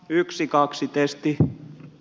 yksi kaksi testin